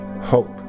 hope